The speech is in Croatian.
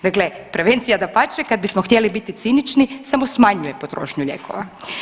Dakle, prevencija dapače kad bismo htjeli biti cinični samo smanjuje potrošnju lijekova.